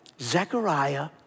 Zechariah